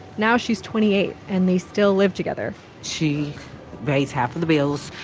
now, she's twenty eight, and they still live together she pays half of the bills,